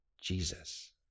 Jesus